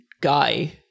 guy